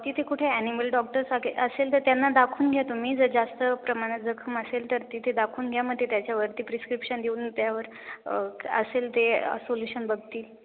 तिथे कुठे animal doctors असेल तर त्यांना दाखवून घ्या तुम्ही जर जास्त प्रमाणात जखम असेल तर तिथे दाखवून घ्या मग ते त्याच्यावरती प्रिस्क्रिप्शन देऊन त्यावर असेल ते सोल्युशन बघतील